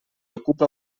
ocupa